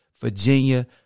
Virginia